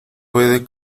puede